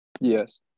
Yes